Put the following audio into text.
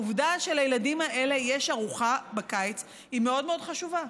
העובדה שלילדים האלה יש ארוחה בקיץ היא מאוד מאוד חשובה.